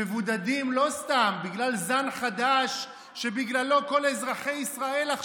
שמבודדים לא סתם אלא בגלל זן חדש שבגללו כל אזרחי ישראל,